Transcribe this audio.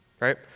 right